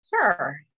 Sure